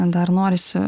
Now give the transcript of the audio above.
dar norisi